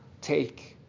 take